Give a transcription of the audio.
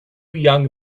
young